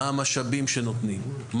מה המשאבים שנותנים,